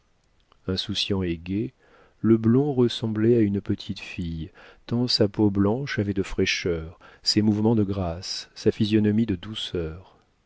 insouciant et gai le blond ressemblait à une petite fille tant sa peau blanche avait de fraîcheur ses mouvements de grâce sa physionomie de douceur